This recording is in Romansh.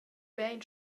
bein